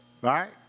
Right